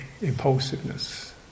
impulsiveness